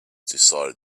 decided